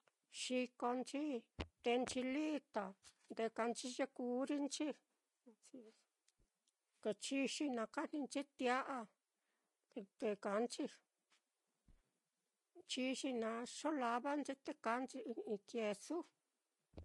Xikonchi, teenchi lita, ndekanchi ye kurri nchi, chixi naá kajninchi tia'a, te kaanchi, chixi naá, xolavanchi te kaanchi i'i kesu.